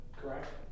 correct